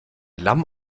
lamm